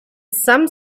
some